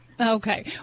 Okay